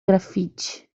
graffiti